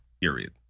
period